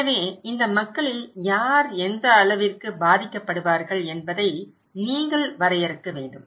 எனவே இந்த மக்களில் யார் எந்த அளவிற்கு பாதிக்கப்படுவார்கள் என்பதை நீங்கள் வரையறுக்க வேண்டும்